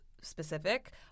specific